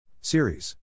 series